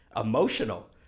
emotional